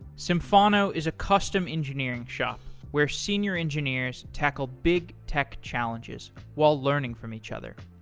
symphono is a custom engineering shop where senior engineers tackle big tech challenges while learning from each other.